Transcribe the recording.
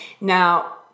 Now